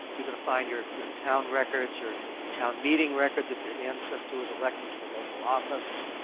you're going to find your your town records, your town meeting records if your ancestor was elected to a local office,